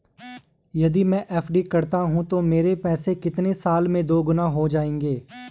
यदि मैं एफ.डी करता हूँ तो मेरे पैसे कितने साल में दोगुना हो जाएँगे?